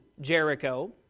Jericho